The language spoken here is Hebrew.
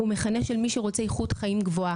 בסוף המכנה המשותף הוא מכנה של מי שרוצה איכות חיים גבוהה,